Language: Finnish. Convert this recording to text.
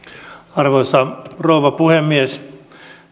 arvoisa rouva puhemies